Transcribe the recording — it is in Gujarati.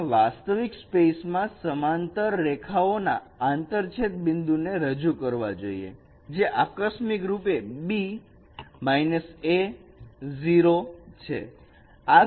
આપણે વાસ્તવિક સ્પેસમાં સમાંતર રેખાઓ ના આંતરછેદ બિંદુ ને રજુ કરવા જોઈએ જે આકસ્મિક રૂપે b a0 છે